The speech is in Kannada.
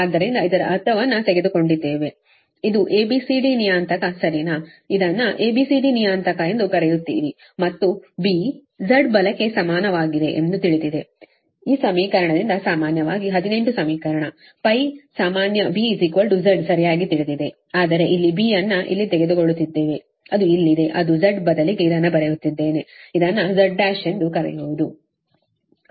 ಆದ್ದರಿಂದ ಇದರ ಅರ್ಥವನ್ನು ತೆಗೆದುಕೊಂಡಿದ್ದೇವೆ ಇದು A B C D ನಿಯತಾಂಕ ಸರಿನಾ ಇದನ್ನು A B C D ನಿಯತಾಂಕ ಎಂದು ಕರೆಯುತ್ತೀರಿ ಮತ್ತು B Z ಬಲಕ್ಕೆ ಸಮಾನವಾಗಿದೆ ಎಂದು ತಿಳಿದಿದೆ ಈ ಸಮೀಕರಣದಿಂದ ಸಾಮಾನ್ಯವಾಗಿ 18 ಸಮೀಕರಣ π ಸಾಮಾನ್ಯ B Z ಸರಿಯಾಗಿ ತಿಳಿದಿದೆ ಆದರೆ ಇಲ್ಲಿ B ಅನ್ನು ಇಲ್ಲಿ ತೆಗೆದುಕೊಳ್ಳುತ್ತಿದ್ದೇವೆ ಅದು ಇಲ್ಲಿದೆ ಅದು Z ಬದಲಿಗೆ ಇದನ್ನು ಬರೆಯುತ್ತಿದ್ದೇವೆ ಇದನ್ನು Z1 ಎಂದು ಕರೆಯುವದು ಇದು Z1